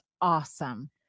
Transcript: awesome